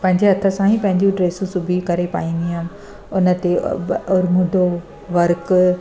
पंहिंजे हथ सां ई पंहिंजियूं ड्रेसूं सिबी करे पाईंदी हुअमि हुनते हुर्मुदो वर्क